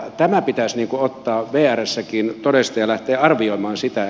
tämä pitäisi ottaa vrssäkin todesta ja lähteä arvioimaan sitä